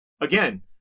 Again